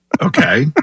Okay